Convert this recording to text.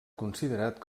considerat